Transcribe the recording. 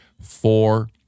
Four